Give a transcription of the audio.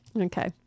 Okay